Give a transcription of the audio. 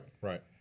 right